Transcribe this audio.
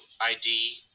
ID